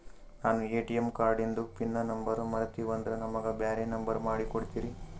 ನಾನು ಎ.ಟಿ.ಎಂ ಕಾರ್ಡಿಂದು pin number ಮರತೀವಂದ್ರ ನಮಗ ಬ್ಯಾರೆ ನಂಬರ್ ಮಾಡಿ ಕೊಡ್ತೀರಿ?